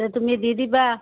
তে তুমি দি দিবা